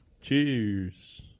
Cheers